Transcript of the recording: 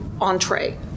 entree